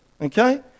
okay